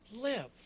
live